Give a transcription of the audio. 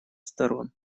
сторон